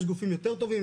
יש גופים יותר טובים,